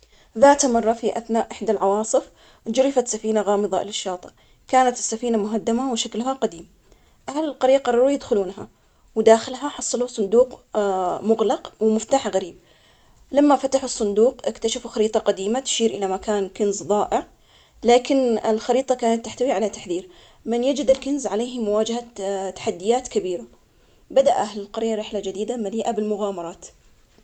ذات مرة، في أثناء إحدى العواصف، جرفت سفينة غامضة للشاطئ. كانت السفينة مهدمة، وشكلها قديم. أهل القرية قرروا يدخلونها، وداخلها حصلوا صندوق مغلق، ومفتاح غريب. لما فتحوا الصندوق، اكتشفوا خريطة قديمة تشير إلى مكان كنز ضائع، لكن الخريطة كانت تحتوي على تحذير من يجد الكنز عليه. مواجهة تحديات كبيرة. بدأ أهل القرية رحلة جديدة مليئة بالمغامرات.